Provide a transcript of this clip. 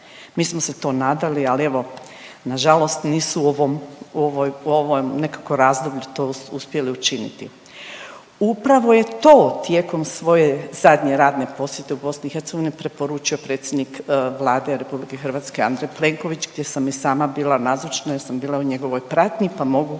Mi smo se to nadali, ali evo nažalost nisu u ovom, u ovoj, u ovom nekako razdoblju to uspjeli učiniti. Upravo je to tijekom svoje zadnje radne posjete u BiH preporučio predsjednik Vlade RH Andrej Plenković gdje sam i sama bila nazočna jer sam bila u njegovoj pratnji pa mogu